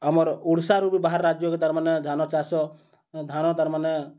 ଆମର୍ ଓଡ଼ିଶାରୁ ବି ବାହାର୍ ରାଜ୍ୟକେ ତା'ର୍ମାନେ ଧାନ ଚାଷ ଧାନ ତା'ର୍ମାନେ